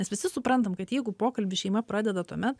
mes visi suprantam kad jeigu pokalbį šeima pradeda tuomet